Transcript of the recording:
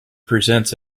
presents